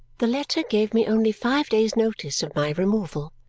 the letter gave me only five days' notice of my removal.